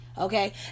okay